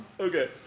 Okay